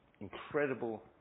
incredible